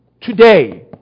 today